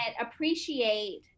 appreciate